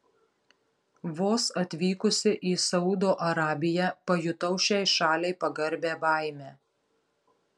vos atvykusi į saudo arabiją pajutau šiai šaliai pagarbią baimę